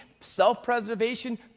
self-preservation